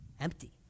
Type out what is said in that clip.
empty